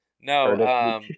No